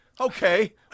Okay